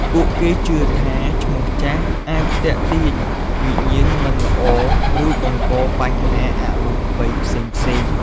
ពួកគេជឿថាឈ្មោះចាស់អាចទាក់ទាញវិញ្ញាណមិនល្អឬបង្កបញ្ហាអរូបីផ្សេងៗ។